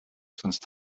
sonst